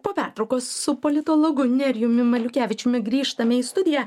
po pertraukos su politologu nerijumi maliukevičiumi grįžtame į studiją